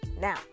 now